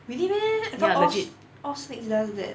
really meh I thought all snakes does that